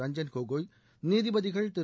ரஞ்சன் கோகோய் நீதிபதிகள் திரு